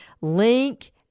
Link